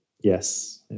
Yes